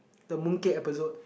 the moon cake episode